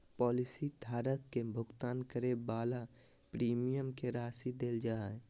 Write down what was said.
policy धारक के भुगतान करे वाला प्रीमियम के राशि देल जा हइ